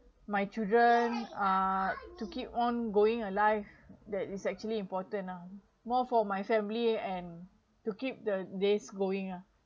my children uh to keep on going alive that is actually important lah more for my family and to keep the days going ah